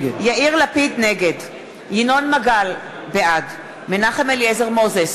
לפיד, נגד ינון מגל, בעד מנחם אליעזר מוזס,